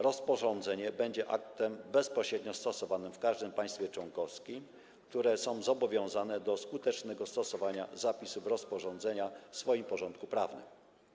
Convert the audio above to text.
Rozporządzenie będzie aktem bezpośrednio stosowanym w każdym państwie członkowskim, które jest zobowiązane do skutecznego stosowania zapisów rozporządzenia w swoim porządku prawnym.